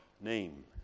name